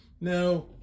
Now